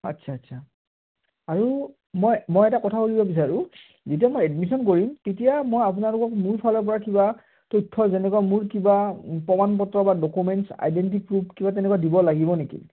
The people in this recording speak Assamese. আচ্ছা আচ্ছা আৰু মই মই এটা কথা সুধিব বিচাৰোঁ যেতিয়া মই এডমিশ্যন কৰিম তেতিয়া মই আপোনালোকক মোৰ ফালৰপৰা কিবা তথ্য যেনেকুৱা মোৰ কিবা প্ৰমাণপত্ৰ বা ডকুমেণ্টছ আইডেণ্টি প্ৰুফ কিবা তেনেকুৱা দিব লাগিব নেকি